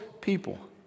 people